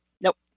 nope